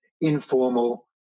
informal